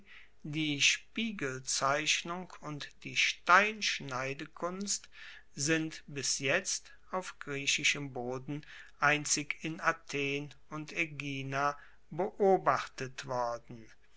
die spiegelzeichnung und die steinschneidekunst sind bis jetzt auf griechischem boden einzig in athen und aegina beobachtet worden